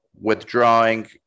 withdrawing